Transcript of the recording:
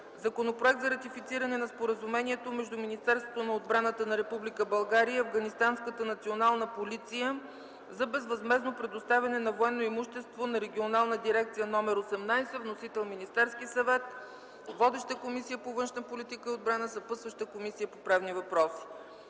Законопроект за ратифициране на Споразумението между Министерството на отбраната на Република България и Афганистанската национална полиция за безвъзмездно предоставяне на военно имущество на Регионална дирекция № 18. Вносител: Министерски съвет. Водеща е Комисията по външна политика и отбрана, разпределен е и на Комисията по правни въпроси.